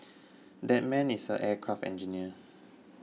that man is an aircraft engineer